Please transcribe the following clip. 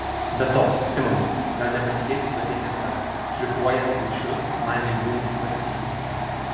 be to simonai gal nepatikėsi bet tai tiesa šlifuojant lęšius man lengviau mąstyti